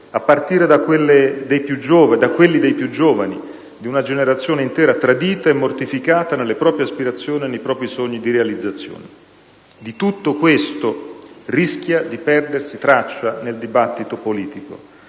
a partire da quelli dei più giovani, di una generazione intera tradita e mortificata nelle proprie aspirazioni e nei propri sogni di realizzazione. Di tutto questo rischia di perdersi traccia nel dibattito politico,